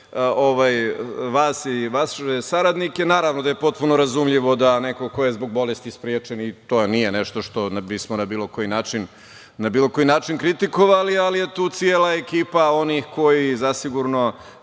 vas i vaše saradnike. Naravno, potpuno je razumljivo da je neko zbog bolesti sprečen i to nije nešto što bismo na bilo koji način kritikovali, ali je tu cela ekipa onih koji zasigurno